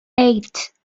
eight